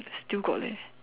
still got leh